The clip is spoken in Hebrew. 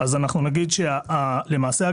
למעשה,